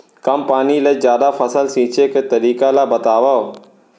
कम पानी ले जादा फसल सींचे के तरीका ला बतावव?